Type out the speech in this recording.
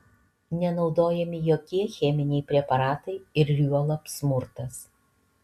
nenaudojami jokie cheminiai preparatai ar juolab smurtas